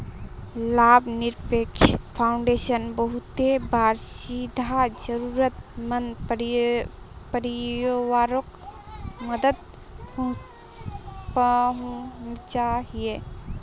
लाभ निरपेक्ष फाउंडेशन बहुते बार सीधा ज़रुरत मंद परिवारोक मदद पहुन्चाहिये